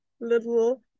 little